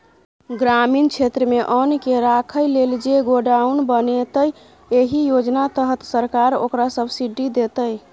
ग्रामीण क्षेत्रमे अन्नकेँ राखय लेल जे गोडाउन बनेतै एहि योजना तहत सरकार ओकरा सब्सिडी दैतै